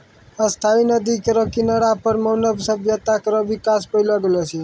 स्थायी नदी केरो किनारा पर मानव सभ्यता केरो बिकास पैलो गेलो छै